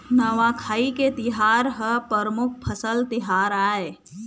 नवाखाई के तिहार ह परमुख फसल तिहार आय